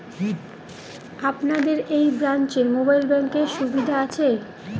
আপনাদের এই ব্রাঞ্চে মোবাইল ব্যাংকের সুবিধে আছে?